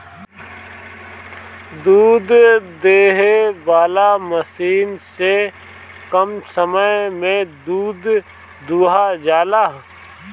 दूध दूहे वाला मशीन से कम समय में दूध दुहा जाला